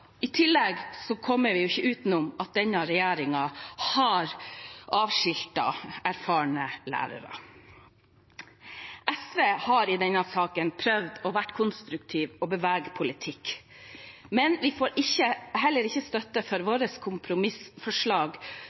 I tillegg kommer vi ikke utenom at denne regjeringen har avskiltet erfarne lærere. SV har i denne saken prøvd å være konstruktive og bevege politikken. Men vi får heller ikke støtte for vårt kompromissforslag,